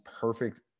perfect